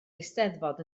eisteddfod